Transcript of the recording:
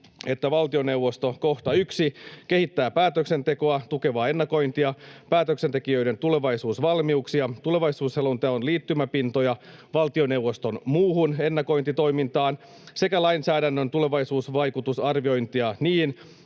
että valtioneuvosto 1) kehittää päätöksentekoa tukevaa ennakointia, päätöksentekijöiden tulevaisuusvalmiuksia, tulevaisuusselonteon liittymäpintoja valtioneuvoston muuhun ennakointitoimintaan sekä lainsäädännön tulevaisuusvaikutusarviointia niin,